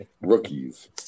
Rookies